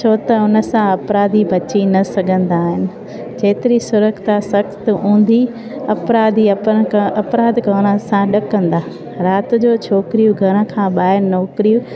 छो त हुन सां अपराधी बची न सघंदा आहिनि जेतिरी सुरक्षा सख़्तु हूंदी अपराधी अपन कर अपराधी अपराध करण सां ॾकंदा राति जो छोकिरी घर खां ॿाहिरि नौकिरी